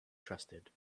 trusted